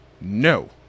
no